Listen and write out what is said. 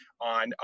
on